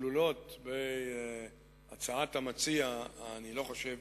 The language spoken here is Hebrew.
שכלולות בהצעת המציע אני לא חושב